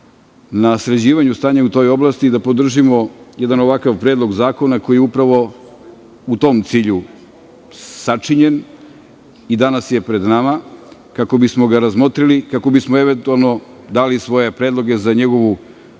na sređivanju stanja u toj oblasti, da podržimo jedan ovakav predlog zakona koji upravo u tom cilju sačinjen i danas je pred nama, kako bi smo ga razmotrili i kako bi smo eventualno dali svoje predloge za njegovu